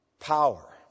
power